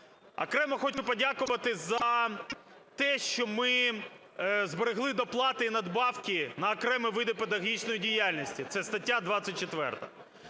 Окремо хочу подякувати за те, що ми зберегли доплати і надбавки на окремі види педагогічної діяльності. Це стаття 24.